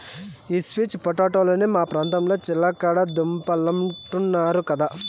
ఈ స్వీట్ పొటాటోలనే మా ప్రాంతంలో చిలకడ దుంపలంటున్నారు కదా